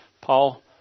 Paul